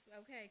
okay